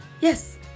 yes